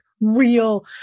real